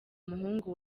muhungu